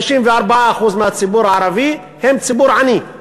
54% מהציבור הערבי הם ציבור עני.